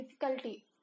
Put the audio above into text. difficulty